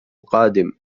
قادم